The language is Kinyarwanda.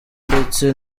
ndetse